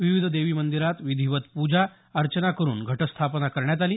विविध देवी मंदिरात विधीवत प्रजा अर्चना करुन घटस्थापना करण्यात आली